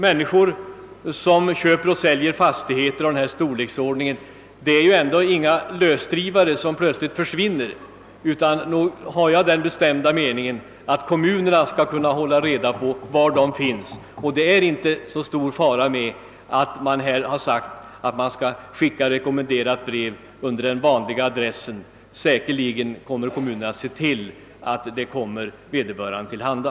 Människor som köper och säljer fastigheter av denna storleksordning är ändå inga lösdrivare, som plötsligt försvinner, utan kommunerna skall säkert kunna hålla reda på var de finns. Det fungerar säkert med rekommenderat brev under den vanliga adressen. Säkerligen kommer kommunerna att se till att dylika meddelanden kommer vederbörande till handa.